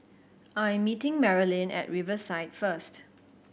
I am meeting Marilynn at Riverside first